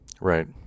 Right